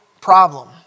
problem